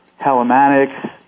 telematics